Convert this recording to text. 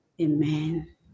Amen